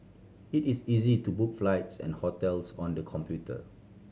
it is easy to book flights and hotels on the computer